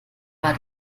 war